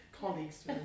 Colleagues